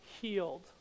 healed